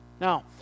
now